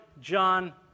John